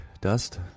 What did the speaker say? dust